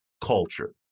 culture